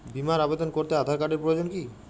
বিমার আবেদন করতে আধার কার্ডের প্রয়োজন কি?